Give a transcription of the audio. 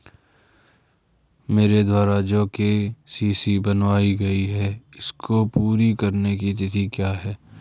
मेरे द्वारा जो के.सी.सी बनवायी गयी है इसको पूरी करने की तिथि क्या है?